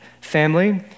family